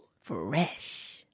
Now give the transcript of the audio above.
Fresh